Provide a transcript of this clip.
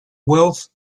wealth